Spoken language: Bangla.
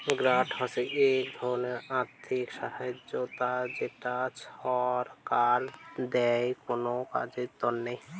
গ্রান্ট হসে এক ধরণের আর্থিক সহায়তা যেটো ছরকার দেয় কোনো কাজের তন্নে